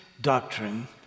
doctrine